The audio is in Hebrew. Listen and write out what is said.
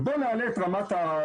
ובוא נעלה את השכר,